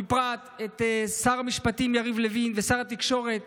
בפרט את שר המשפטים יריב לוין ושר התקשורת